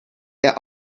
der